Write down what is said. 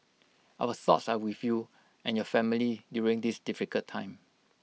our thoughts are with you and your family during this difficult time